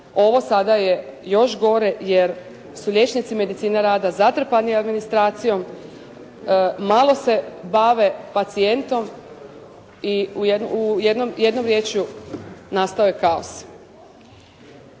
ovo sada je još gore jer su liječnici medicine rada zatrpani administracijom, malo se bave pacijentom i jednom riječju nastao je kaos.